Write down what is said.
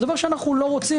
זה דבר שאנחנו לא רוצים.